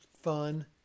fun